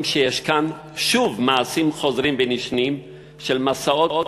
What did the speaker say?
שיש כאן שוב מעשים חוזרים ונשנים של מסעות